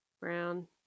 brown